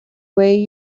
way